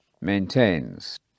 maintains